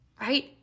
right